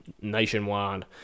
nationwide